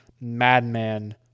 madman